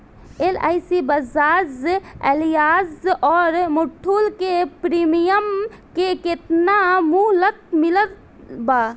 LIC Bajaj Allianz आउर मुथूट के premium के केतना मुहलत मिलल बा?